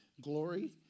glory